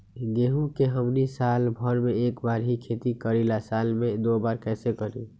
गेंहू के हमनी साल भर मे एक बार ही खेती करीला साल में दो बार कैसे करी?